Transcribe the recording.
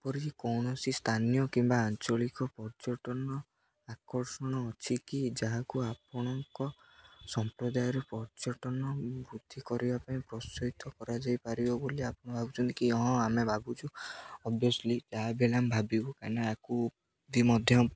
ପରିକି କୌଣସି ସ୍ଥାନୀୟ କିମ୍ବା ଆଞ୍ଚଳିକ ପର୍ଯ୍ୟଟନ ଆକର୍ଷଣ ଅଛି କି ଯାହାକୁ ଆପଣଙ୍କ ସମ୍ପ୍ରଦାୟରେ ପର୍ଯ୍ୟଟନ ବୃଦ୍ଧି କରିବା ପାଇଁ ପ୍ରୋତ୍ସାହିତ କରାଯାଇପାରିବ ବୋଲି ଆପଣ ଭାବୁଛନ୍ତି କି ହଁ ଆମେ ଭାବୁଛୁ ଅଭିୟସ୍ଲି ଯାହାବି ହେଲେ ଆମେ ଭାବିବୁ କାହିଁକିନା ଆକୁ ବି ମଧ୍ୟ